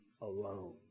alone